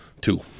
two